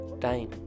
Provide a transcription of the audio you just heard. time